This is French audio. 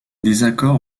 désaccords